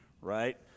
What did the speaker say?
right